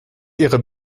ihrer